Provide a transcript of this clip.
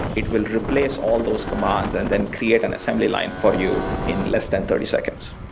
it will replace all those commands and then create an assembly line for you in less than thirty seconds.